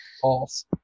False